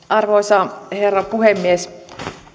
arvoisa herra puhemies